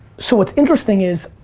so what's interesting is,